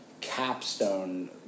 capstone